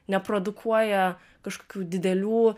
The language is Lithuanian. neprodukuoja kažkokių didelių